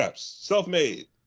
self-made